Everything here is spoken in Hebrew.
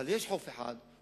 אבל יש חוף אחד,